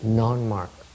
non-mark